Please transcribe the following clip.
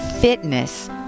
Fitness